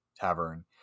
Tavern